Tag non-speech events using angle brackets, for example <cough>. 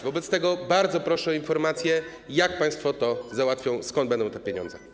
Wobec tego bardzo proszę o informację, <noise> jak państwo to załatwią, skąd będą te pieniądze.